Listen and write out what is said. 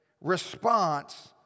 response